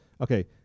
Okay